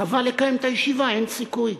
חבל לקיים את הישיבה, אין סיכוי.